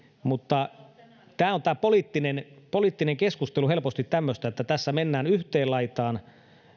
mutta tämä poliittinen poliittinen keskustelu on helposti tämmöistä että tässä mennään yhteen laitaan